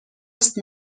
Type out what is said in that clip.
است